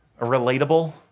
Relatable